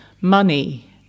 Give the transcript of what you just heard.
money